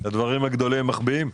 את הדברים הגדולים מחביאים.